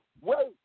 Wait